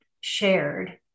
shared